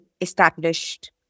established